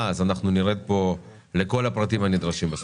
אז אנחנו ניכנס פה לכל הפרטים הנדרשים.